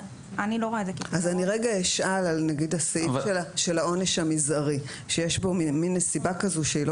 אני אשאל על הסעיף של העונש המזערי שיש לו נסיבה כזו שהיא לא